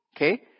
okay